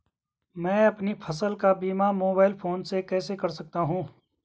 मैं अपनी फसल का बीमा मोबाइल फोन से कैसे कर सकता हूँ?